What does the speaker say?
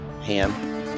Ham